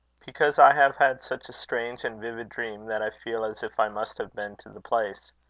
because i have had such a strange and vivid dream, that i feel as if i must have been to the place.